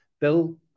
Bill